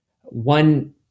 one